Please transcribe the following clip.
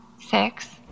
Six